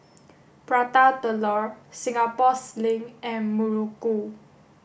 Prata Telur Singapore Sling and Muruku